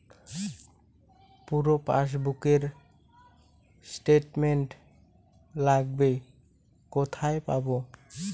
পুরো পাসবুকের স্টেটমেন্ট লাগবে কোথায় পাব?